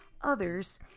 others